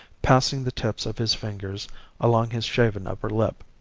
passing the tips of his fingers along his shaven upper lip.